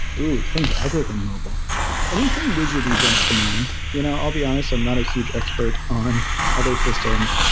ooh, things other than mobile anything widgety jumps to mind. you know i'll be honest, i'm not a huge expert on other systems.